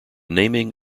naming